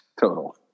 Total